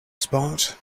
spot